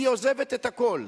היא עוזבת הכול,